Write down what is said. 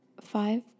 five